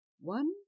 one